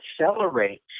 accelerate